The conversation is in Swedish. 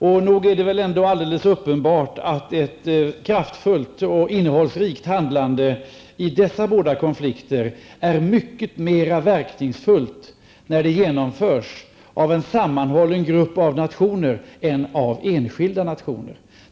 Och nog är det alldeles uppenbart att ett kraftfullt och innehållsrikt handlande i dessa båda konflikter är mycket mer verkningsfullt när det genomförs i en sammanhållen grupp nationer än av enskilda nationer?